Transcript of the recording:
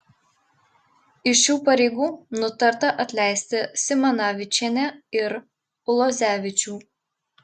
iš šių pareigų nutarta atleisti simanavičienę ir ulozevičių